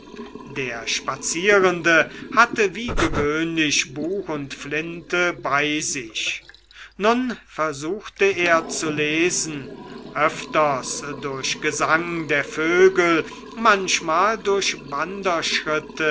der spazierende hatte wie gewöhnlich buch und flinte bei sich nun versuchte er zu lesen öfters durch gesang der vögel manchmal durch